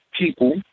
people